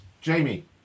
Jamie